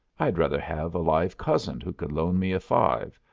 i'd rather have a live cousin who could loan me a five,